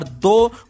two